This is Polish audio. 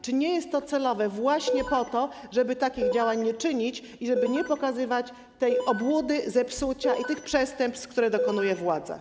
Czy nie jest to celowe właśnie po to, żeby takich działań nie prowadzić i żeby nie pokazywać tej obłudy, tego zepsucia i tych przestępstw, których dokonuje władza?